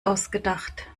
ausgedacht